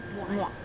muak